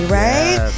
right